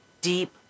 deep